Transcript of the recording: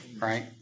Right